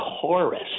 chorus